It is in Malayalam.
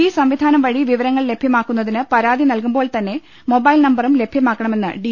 ഈ സംവിധാനം വഴി വിവരങ്ങൾ ലഭിക്കു ന്നതിന് പരാതി നൽകുമ്പോൾ തന്നെ മൊബൈൽ നമ്പറും ലഭ്യമാക്കണ മെന്ന് ഡി